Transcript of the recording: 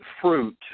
fruit